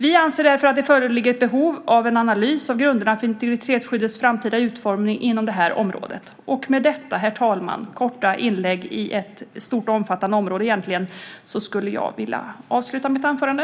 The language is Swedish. Vi anser därför att det föreligger ett behov av en analys av grunderna för integritetsskyddets framtida utformning inom det här området. Med detta, herr talman, skulle jag vilja avsluta mitt korta inlägg i ett stort och omfattande område.